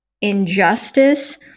injustice